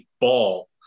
ball